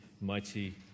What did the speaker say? mighty